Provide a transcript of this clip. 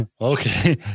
okay